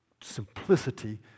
simplicity